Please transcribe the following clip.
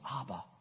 Abba